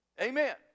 Amen